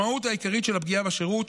המשמעות העיקרית של הפגיעה בשירות,